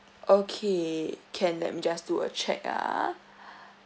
okay can let me just do a check ah